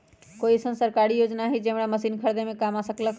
कोइ अईसन सरकारी योजना हई जे हमरा मशीन खरीदे में काम आ सकलक ह?